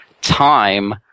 time